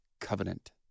covenant